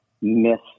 miss